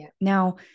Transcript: Now